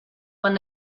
man